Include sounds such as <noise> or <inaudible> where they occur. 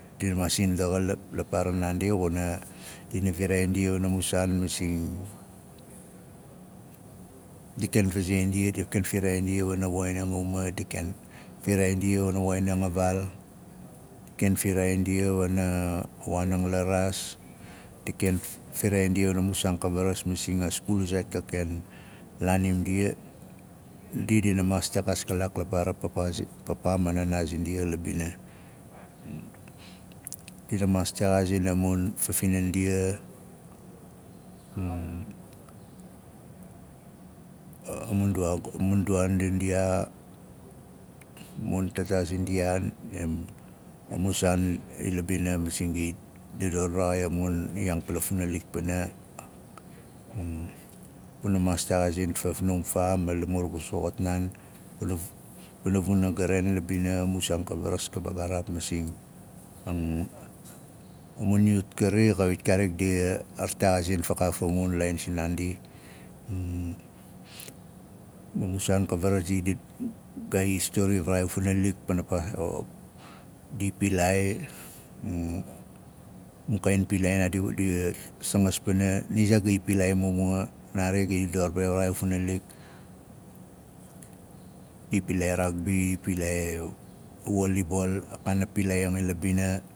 Ndina maas sindaxa la- la paara naandi xuna dina viraai ndia wana mun saan masing di ken fazai ndia ken firaai ndia wana woxin ing a uma di ken firaai ndia wana waan aang laraas ki ken firaai ndia wana mun saan ka varas masing a skul zaait ka ken laanim ndia. Ndi dina maas texaas kalaak la paara papaa <unintelligible> man nanaa zindia la bing. Ndina maas texaazing a mun fafing ndia <hesitation> a mun taataa zindiaa <hesitation> a mun saan ila bina masing di dador guna maas lexaazing fafnum faa ma la mur gu soxot maam wana (unitelligible) pana vunaga vaain la ving a mu saan ka caras ka vbaagaraap masing <hesitation> a mu yut kari xawit kaarik di a- a ralexazzing fa kaaf a mun laain sinaandi a mun saan ka varas <hesitation> ga i stroi varaxai a funalik pana <unintelligible> di pilaai <hesitation> a mu kaain pilaai ang di a- di izangas pana nia zaai ga i pilaai mumua. Naari ga i dor be varaxai ma funalik di pilaai raagbi di i pilaai volibol a kaana pilaai ang ila bina.